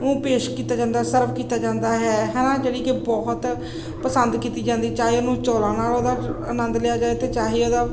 ਉਹਨੂੰ ਪੇਸ਼ ਕੀਤਾ ਜਾਂਦਾ ਸਰਵ ਕੀਤਾ ਜਾਂਦਾ ਹੈ ਹੈ ਨਾ ਜਿਹੜੀ ਕਿ ਬਹੁਤ ਪਸੰਦ ਕੀਤੀ ਜਾਂਦੀ ਚਾਹੇ ਉਹਨੂੰ ਚੌਲਾਂ ਨਾਲ ਉਹਦਾ ਆਨੰਦ ਲਿਆ ਜਾਏ ਅਤੇ ਚਾਹੇ ਉਹਦਾ